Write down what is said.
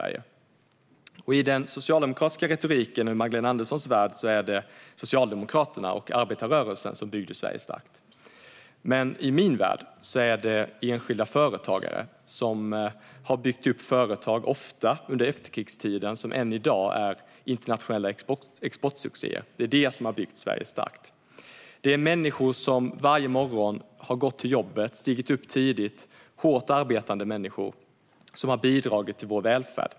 I den socialdemokratiska retoriken och i Magdalena Anderssons värld är det Socialdemokraterna och arbetarrörelsen som byggt Sverige starkt. I min värld är det enskilda företagare som har byggt upp företag, ofta under efterkrigstiden, som än i dag är internationella exportsuccéer. Det är det som har byggt Sverige starkt. Det är hårt arbetande människor som varje morgon har stigit upp tidigt och gått till jobbet som har bidragit till vår välfärd.